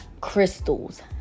crystals